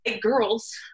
Girls